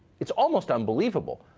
it's almost unbelievable.